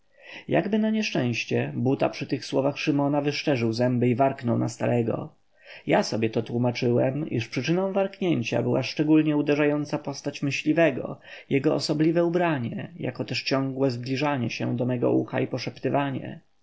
jakby na nieszczęście buta przy tych słowach szymona wyszczerzył zęby i warknął na starego ja sobie to tłómaczyłem iż przyczyną warknięcia była szczególnie uderzająca postać myśliwego jego osobliwe ubranie jako też ciągłe zbliżanie się do mego ucha i poszeptywanie